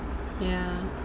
ya